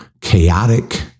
chaotic